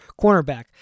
cornerback